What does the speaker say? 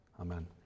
Amen